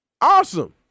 awesome